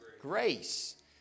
Grace